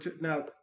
now